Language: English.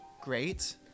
great